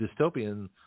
dystopian